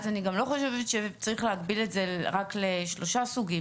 אז אני לא חושבת שצריך להגביל את זה רק לשלושה סוגים,